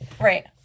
Right